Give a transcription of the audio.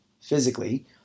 physically